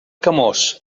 camós